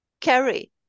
carry